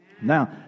Now